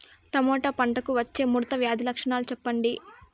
Tomato పంటకు వచ్చే ముడత వ్యాధి లక్షణాలు చెప్పండి?